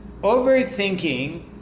overthinking